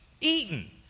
eaten